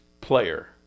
player